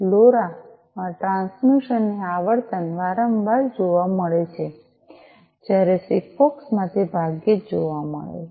LoRa માં transmission ની આવર્તન વારંવાર જોવા મળે છે જ્યારે સિગફોક્સ માં તે ભાગ્યે જ જોવા મળે છે